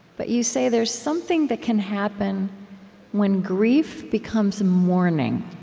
but you say there's something that can happen when grief becomes mourning,